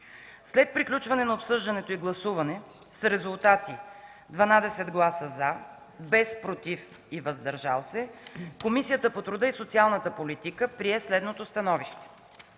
След приключване на обсъждането и гласуване с резултати: 12 гласа „за”, без „против” и „въздържали се”, Комисията по труда и социалната политика прие следното становище: